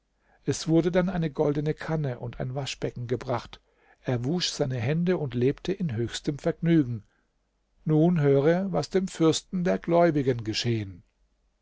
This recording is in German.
es wurde dann eine goldene kanne und ein waschbecken gebracht er wusch seine hände und lebte in höchstem vergnügen nun höre was dem fürsten der gläubigen geschehen